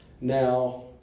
Now